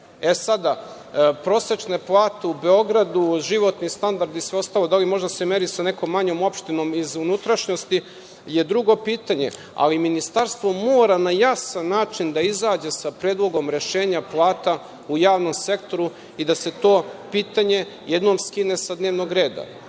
zarade. Prosečne plate u Beogradu, životni standard i sve ostalo, da li može da se meri sa nekom manjom opštinom iz unutrašnjosti je drugo pitanje, ali Ministarstvo mora na jasan način da izađe sa predlogom rešenja plata u javnom sektoru i da se to pitanje jednom skine sa dnevnog reda. Ovde